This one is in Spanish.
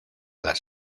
las